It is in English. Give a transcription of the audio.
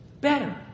better